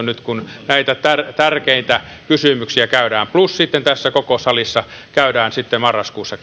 nyt kun näitä tärkeitä tärkeitä kysymyksiä käydään plus tässä koko salissa käydään sitten marraskuussa